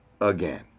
again